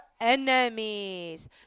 enemies